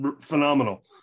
phenomenal